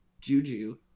Juju